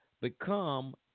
become